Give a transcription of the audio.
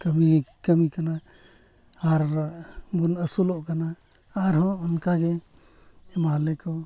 ᱠᱟᱹᱢᱤ ᱠᱟᱹᱢᱤ ᱠᱟᱱᱟ ᱟᱨᱵᱚ ᱟᱹᱥᱩᱞᱚᱜ ᱠᱟᱱᱟ ᱟᱨᱦᱚᱸ ᱚᱱᱠᱟᱜᱮ ᱢᱟᱦᱞᱮ ᱠᱚ